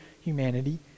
humanity